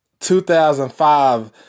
2005